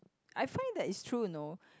I find that it's true you know